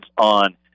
on